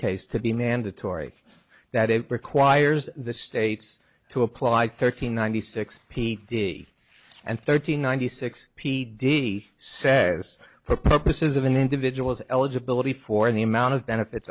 case to be mandatory that it requires the states to apply thirteen ninety six p diddy and thirteen ninety six p d d says for purposes of an individual's eligibility for the amount of benefits